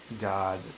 God